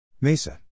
MESA